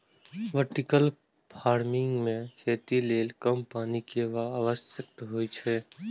vertical farming मे खेती लेल कम पानि के आवश्यकता होइ छै